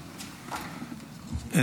בבקשה.